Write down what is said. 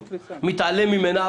מתעלם ממנה,